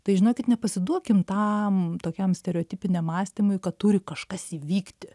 tai žinokit nepasiduokim tam tokiam stereotipiniam mąstymui kad turi kažkas įvykti